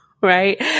right